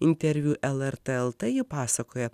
interviu lrt lt ji pasakojo